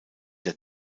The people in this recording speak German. der